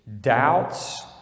doubts